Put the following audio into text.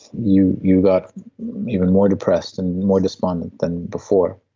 you you got even more depressed, and more despondent than before.